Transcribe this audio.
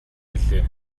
билээ